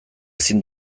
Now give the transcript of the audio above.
ezin